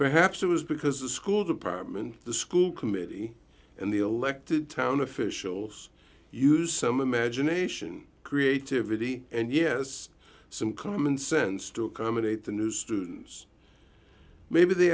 perhaps it was because the school department the school committee and the elected ready town officials use some imagination creativity and yes some common sense to accommodate the new students maybe they